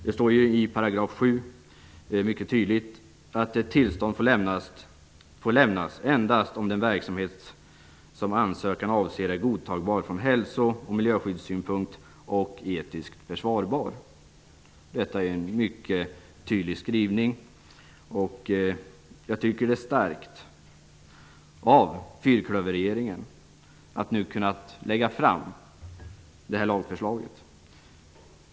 Det står i 7 § mycket tydligt att tillstånd får lämnas endast om den verksamhet som ansökan avser är godtagbar från hälso och miljöskyddssynpunkt och etiskt försvarbar. Detta är en mycket tydlig skrivning. Jag tycker att det är starkt av fyrklöverregeringen att den har kunnat lägga fram det här lagförslaget.